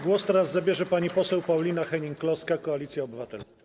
Głos teraz zabierze pani poseł Paulina Hennig-Kloska, Koalicja Obywatelska.